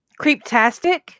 Creeptastic